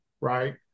right